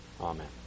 Amen